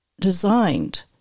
designed